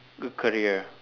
good career